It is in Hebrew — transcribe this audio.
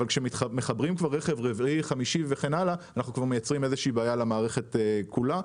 אבל כשמחברים כבר רכב רביעי או חמישי אנחנו מייצרים בעיה למערכת כולה.